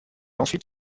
ensuite